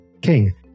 King